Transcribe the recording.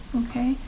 okay